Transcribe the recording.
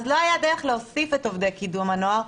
אז לא הייתה דרך להוסיף את עובדי קידום הנוער,